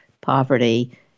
Poverty